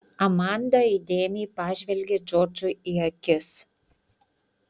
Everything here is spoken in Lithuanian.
amanda įdėmiai pažvelgė džordžui į akis